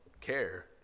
care